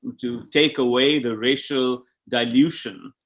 to take away the racial dilution.